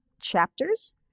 chapters